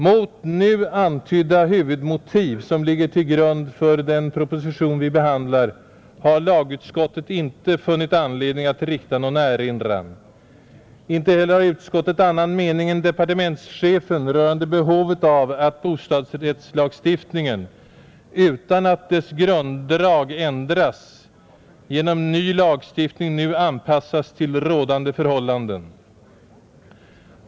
Mot nu antydda huvudmotiv, som ligger till grund för den proposition som vi behandlar, har lagutskottet inte funnit anledning att rikta någon erinran, Inte heller har utskottet någon annan mening än departementschefen rörande behovet av att bostadsrättslagstiftningen, utan att dess grunddrag ändras, genom ny utformning nu anpassas till rådande förhållanden.